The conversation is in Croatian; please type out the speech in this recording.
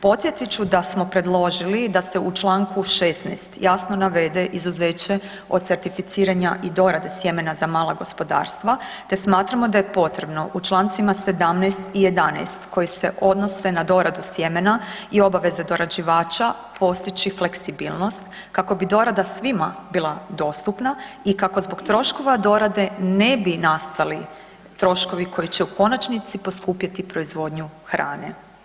Podsjetit ću ga smo predložili da se u čl. 16 jasno navede izuzeće od certificiranja i dorade sjemena za mala gospodarstva te smatramo da je potrebno u čl. 17 i 11 koji se odnose na doradu sjemena i obaveze dorađivača, postići fleksibilnost kako bi dorada svima bila dostupna i kako zbog troškova dorade ne bi nastali troškovi koji će u konačnici poskupjeti proizvodnju hrane.